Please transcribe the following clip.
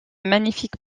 magnifique